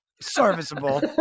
serviceable